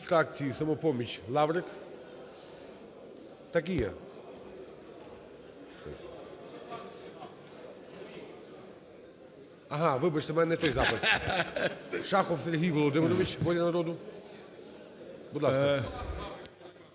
фракції "Самопоміч" – Лаврик. Так і є… Ага, вибачте, в мене не той запис. Шахов Сергій Володимирович, "Воля народу". Будь ласка.